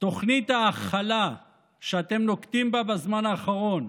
תוכנית ההכלה שאתם נוקטים בזמן האחרון,